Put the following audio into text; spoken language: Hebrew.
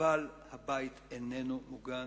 אבל הבית איננו מוגן.